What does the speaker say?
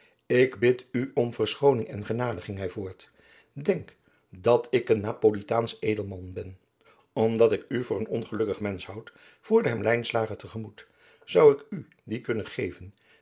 ik bid u om verschooning en genade ging hij voort denk dat ik een napolitaansch edelman ben omdat ik u voor een ongelukkig mensch houd voerde hem lijnslager te gemoet zou ik u die kunnen geven